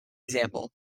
example